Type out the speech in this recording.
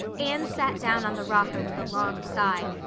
anne sat down on the rocker with a long sigh,